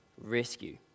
rescue